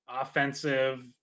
offensive